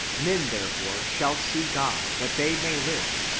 men therefore shall see god, that they may live,